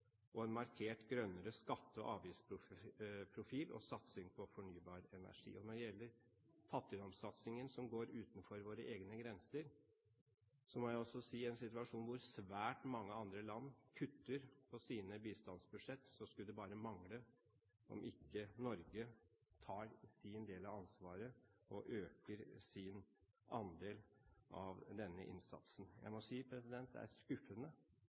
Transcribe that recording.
land, en markert grønnere skatte- og avgiftsprofil og satsing på fornybar energi. Når det gjelder fattigdomssatsingen som går utenfor våre egne grenser, må jeg si at i en situasjon der svært mange andre land kutter i sine bistandsbudsjetter, skulle det bare mangle om ikke Norge tar sin del av ansvaret og øker sin andel av denne innsatsen. Jeg må si at det er virkelig skuffende